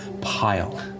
pile